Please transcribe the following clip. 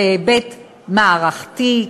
בהיבט מערכתי,